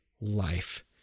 life